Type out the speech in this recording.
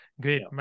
Great